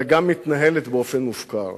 אלא גם מתנהלת באופן מופקר.